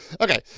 okay